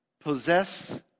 Possess